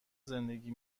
زندگی